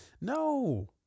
No